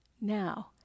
Now